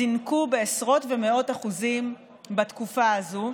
זינקו בעשרות ובמאות אחוזים בתקופה הזו,